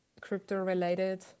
crypto-related